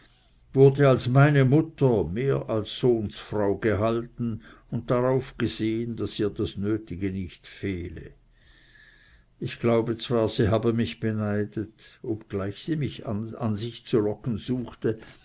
wurde als meine mutter mehr als sohnsfrau gehalten und darauf gesehen daß ihr das nötige nicht fehle ich glaube zwar sie habe mich beneidet obgleich sie mich an sich zu locken suchte